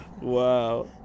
Wow